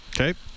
Okay